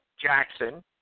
Jackson